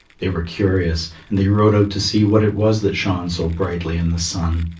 they were curious, and they rowed out to see what it was that shone so brightly in the sun.